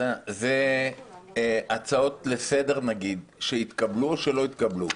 אלה הצעות לסדר שהתקבלו או שלא התקבלו?